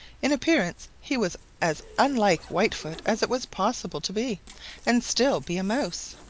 in appearance he was as unlike whitefoot as it was possible to be and still be a mouse.